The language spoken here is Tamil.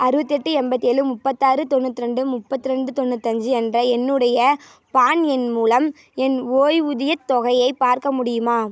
அறுவத்தியெட்டு எண்பத்திஏழு முப்பத்தாறு தொண்ணுத்ரெண்டு முப்பத்ரெண்டு தொண்ணுத்தஞ்சு என்ற என்னுடைய ப்ரான் எண் மூலம் என் ஓய்வூதியத் தொகையை பார்க்க முடியுமா